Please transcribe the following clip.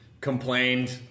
complained